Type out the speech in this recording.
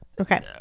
Okay